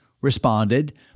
responded